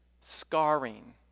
scarring